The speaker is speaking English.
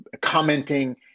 commenting